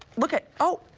look it, oh,